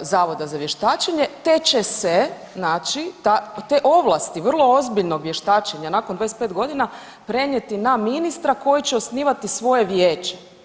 Zavoda za vještačenje te će se, znači, te ovlasti, vrlo ozbiljnog vještačenja nakon 25 godina prenijeti na ministra koji će osnivati svoje vijeće.